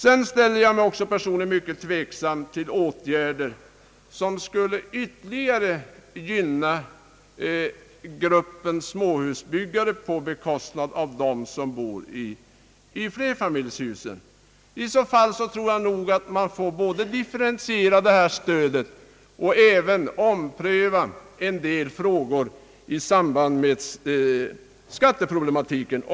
Jag ställer mig också personligen mycket tveksam till åtgärder som ytterligare gynnar gruppen småhusbyggare på bekostnad av dem som bor i flerfamiljshus. Jag tror nog att man i så fall får både differentiera detta stöd och ompröva en del frågor i samband med skatteproblematiken.